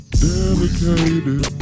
dedicated